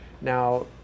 now